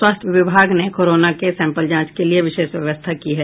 स्वास्थ्य विभाग ने कोरोना के सैंपल जांच के लिये विशेष व्यवस्था की है